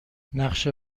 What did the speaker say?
نقشه